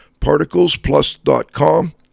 ParticlesPlus.com